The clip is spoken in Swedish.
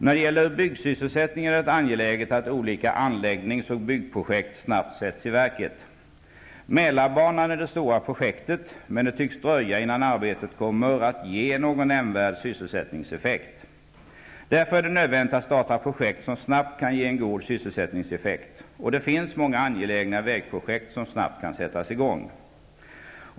När det gäller byggsysselsättningen är det angeläget att olika anläggnings och byggprojekt snabbt sätts i verket. Mälarbanan är det stora projektet, men det tycks dröja innan det arbetet kommer att ge någon nämnvärd sysselsättningseffekt. Därför är det nödvändigt att starta projekt som snabbt kan ge en god sysselsättningseffekt. Det finns många angelägna vägprojekt som snabbt kan sättas i gång.